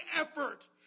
effort